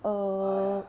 err